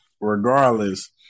Regardless